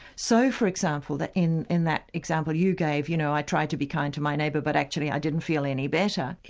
so for example that in in that example you gave you know, i tried to be kind to my neighbour but actually i didn't feel any better.